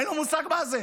אין לו מושג מה זה,